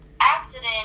accident